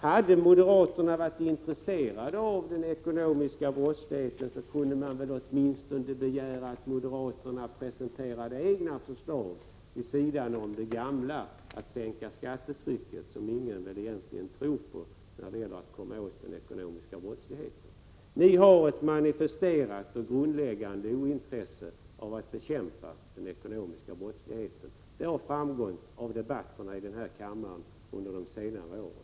Hade moderaterna varit intresserade av den ekonomiska brottsligheten, kunde man åtminstone begära att de presenterade egna förslag vid sidan av det gamla, att sänka skattetrycket, som väl ingen egentligen tror på när det gäller att komma åt den ekonomiska brottslighe ten. Ni har ett manifesterat, grundläggande ointresse av att bekämpa den ekonomiska brottsligheten. Det har framgått av debatten i denna kammare under de senare åren.